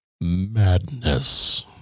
Madness